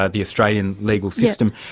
ah the australian legal system.